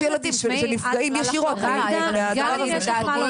ילדים שנפגעים ישירות בגלל הדבר הזה.